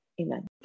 Amen